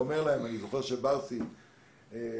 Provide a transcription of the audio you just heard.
אני זוכר שבר סימן טוב,